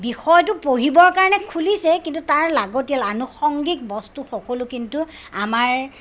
বিষয়টো পঢ়িবৰ কাৰণে খুলিছে কিন্তু তাৰ লাগতীয়াল আনুষংগিক বস্তু সকলো কিন্তু আমাৰ